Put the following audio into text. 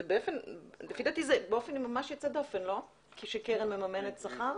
לפי דעתי זה אופן ממש יוצא דופן, שקרן ממנת שכר.